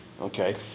Okay